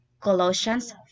Colossians